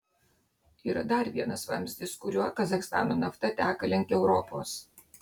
yra dar vienas vamzdis kuriuo kazachstano nafta teka link europos